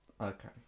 Okay